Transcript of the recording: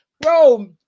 bro